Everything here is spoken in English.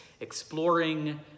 exploring